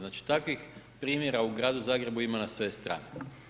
Znači takvih primjera u gradu Zagrebu ima na sve strane.